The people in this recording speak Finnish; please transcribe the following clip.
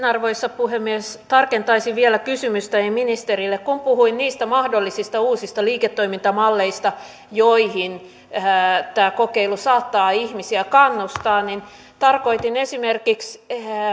arvoisa puhemies tarkentaisin vielä kysymystäni ministerille kun puhuin niistä mahdollisista uusista liiketoimintamalleista joihin tämä kokeilu saattaa ihmisiä kannustaa niin tarkoitin esimerkiksi